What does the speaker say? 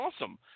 awesome